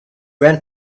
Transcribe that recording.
went